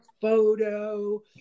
photo